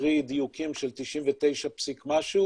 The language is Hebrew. קרי דיוקים של 99 פסיק משהו